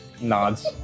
Nods